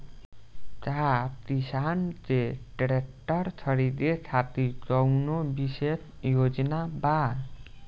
का किसान के ट्रैक्टर खरीदें खातिर कउनों विशेष योजना बा?